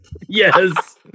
Yes